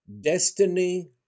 destiny